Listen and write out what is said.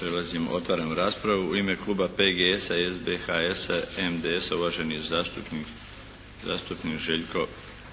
Prelazimo, otvaram raspravu. U ime kluba PGS-a, SBHS-a, MDS-a, uvaženi zastupnik Željko